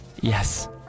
Yes